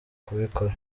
kubikora